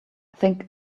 think